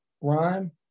rhyme